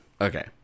Okay